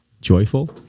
joyful